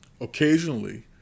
Occasionally